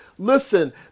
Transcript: Listen